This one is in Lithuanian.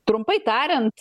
trumpai tariant